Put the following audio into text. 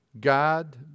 God